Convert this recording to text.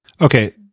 Okay